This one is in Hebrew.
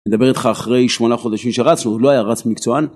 נדבר איתך אחרי שמונה חודשים שרצנו, הוא לא היה רץ מקצוען.